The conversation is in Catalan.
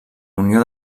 unió